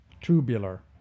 tubular